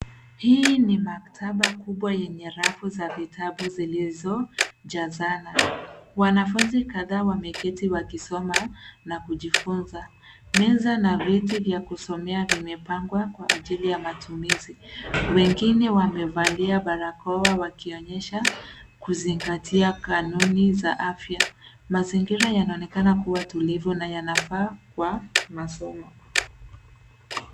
Hii ni maktaba kubwa yenye rafu za vitabu zilizojazana. Wanafunzi kadhaa wameketi wakisoma na kujifunza. Meza na viti vya kusomea vimepangwa kwa ajili ya matumizi. Wengine wamevalia barakoa wakionyesha kuzingatia kanuni za afya. Mazingira yanaonekana kuwa tulivu na yanafaa kwa masomo.